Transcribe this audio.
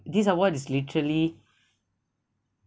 this award is literally